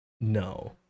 no